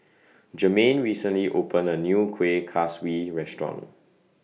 Germaine recently opened A New Kuih Kaswi Restaurant